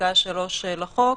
פסקה (3) לחוק,